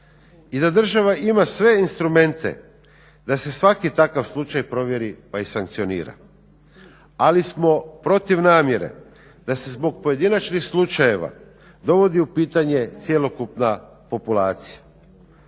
i da država ima sve instrumente da se svaki takav slučaj provjeri pa i sankcionira. Ali smo protiv namjere da se zbog pojedinačnih slučajeva dovodi u pitanje cjelokupna populacija.